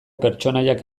pertsonaiak